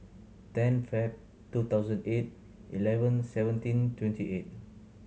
ten Feb two thousand eight eleven seventeen twenty eight